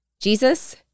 Jesus